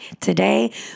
today